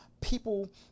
people